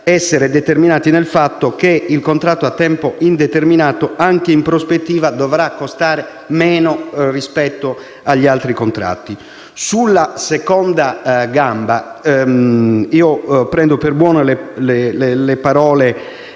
Sulla seconda gamba, prendo per buone le parole